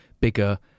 bigger